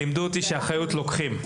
אותי לימדו, שאחריות לוקחים.